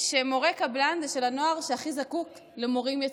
שמורה קבלן זה של הנוער שהכי זקוק למורים יציבים.